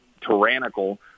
tyrannical